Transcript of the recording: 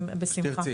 בשמחה.